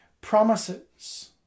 promises